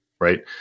right